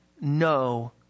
no